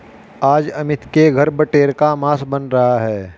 आज अमित के घर बटेर का मांस बन रहा है